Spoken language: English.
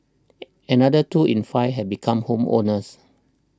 another two in five have become home owners